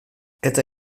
eta